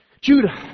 Judah